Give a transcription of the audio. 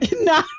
no